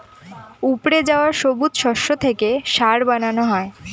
উপড়ে যাওয়া সবুজ শস্য থেকে সার বানানো হয়